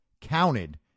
counted